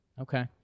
Okay